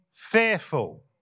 fearful